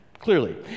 Clearly